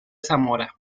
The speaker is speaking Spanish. zamora